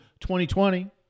2020